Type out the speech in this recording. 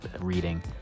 reading